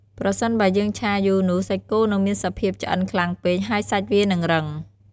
ប្រសិនបើយើងឆាយូរនោះសាច់គោនឹងមានសភាពឆ្អិនខ្លាំងពេកហើយសាច់វានិងរឹង។